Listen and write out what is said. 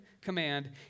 command